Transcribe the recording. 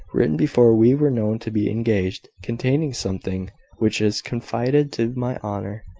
written before we were known to be engaged, containing something which is confided to my honour.